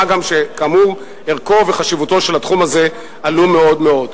מה גם שכאמור ערכו וחשיבותו של התחום הזה עלו מאוד מאוד.